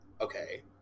Okay